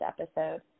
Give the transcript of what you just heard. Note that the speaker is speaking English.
episode